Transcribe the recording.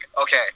okay